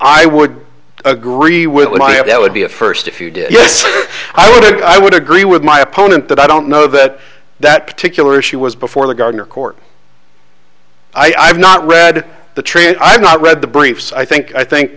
i would agree with my it would be a first if you did i would agree with my opponent that i don't know that that particular she was before the gardner court i've not read the tree and i've not read the briefs i think i think